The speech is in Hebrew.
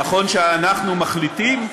נכון שאנחנו מחליטים,